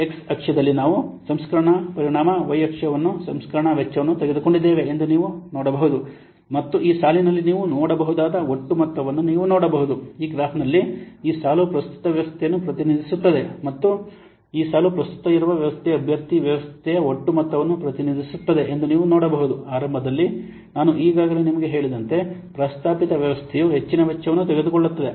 X ಅಕ್ಷದಲ್ಲಿ ನಾವು ಸಂಸ್ಕರಣಾ ಪರಿಮಾಣ y ಅಕ್ಷವನ್ನು ಸಂಸ್ಕರಣಾ ವೆಚ್ಚವನ್ನು ತೆಗೆದುಕೊಂಡಿದ್ದೇವೆ ಎಂದು ನೀವು ನೋಡಬಹುದು ಮತ್ತು ಈ ಸಾಲಿನಲ್ಲಿ ನೀವು ನೋಡಬಹುದಾದ ಒಟ್ಟು ಮೊತ್ತವನ್ನು ನೀವು ನೋಡಬಹುದು ಈ ಗ್ರಾಫ್ ನಲ್ಲಿ ಈ ಸಾಲು ಪ್ರಸ್ತುತ ವ್ಯವಸ್ಥೆಯನ್ನು ಪ್ರತಿನಿಧಿಸುತ್ತದೆ ಮತ್ತು ಈ ಸಾಲು ಪ್ರಸ್ತುತ ಇರುವ ವ್ಯವಸ್ಥೆಯನ್ನು ಅಭ್ಯರ್ಥಿ ವ್ಯವಸ್ಥೆಯ ಒಟ್ಟು ಮೊತ್ತವನ್ನು ಪ್ರತಿನಿಧಿಸುತ್ತದೆ ಎಂದು ನೀವು ನೋಡಬಹುದು ಆರಂಭದಲ್ಲಿ ನಾನು ಈಗಾಗಲೇ ನಿಮಗೆ ಹೇಳಿದಂತೆ ಪ್ರಸ್ತಾಪಿತ ವ್ಯವಸ್ಥೆಯು ಹೆಚ್ಚಿನ ವೆಚ್ಚವನ್ನು ತೆಗೆದುಕೊಳ್ಳುತ್ತದೆ